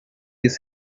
this